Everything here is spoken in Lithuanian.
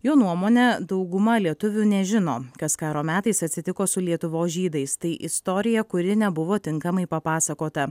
jo nuomone dauguma lietuvių nežino kas karo metais atsitiko su lietuvos žydais tai istorija kuri nebuvo tinkamai papasakota